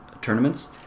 tournaments